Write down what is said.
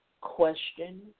question